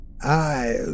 I